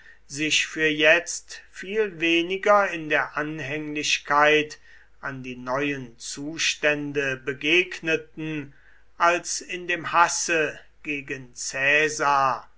sich für jetzt viel weniger in der anhänglichkeit an die neuen zustände begegneten als in dem hasse gegen